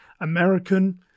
American